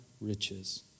riches